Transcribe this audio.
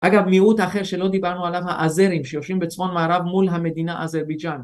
אגב מיעוט אחר שלא דיברנו עליו האזרים שיושבים בצפון מערב מול המדינה אזרבייז'אן